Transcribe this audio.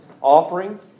offering